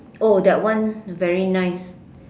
oh that one very nice